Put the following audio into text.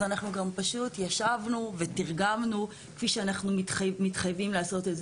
אז אנחנו גם פשוט ישבנו ותרגמנו כפי שאנחנו מתחייבים לעשות.